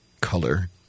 color